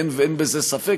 אין בזה ספק,